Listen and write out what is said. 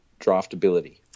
draftability